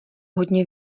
hodně